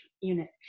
unit